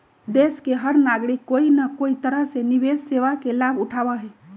देश के हर नागरिक कोई न कोई तरह से निवेश सेवा के लाभ उठावा हई